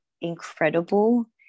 incredible